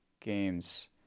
games